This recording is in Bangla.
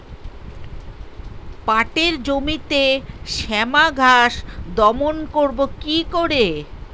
পাটের জমিতে শ্যামা ঘাস দমন করবো কি করে?